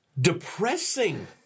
depressing